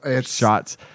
shots